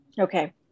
Okay